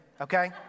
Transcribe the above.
okay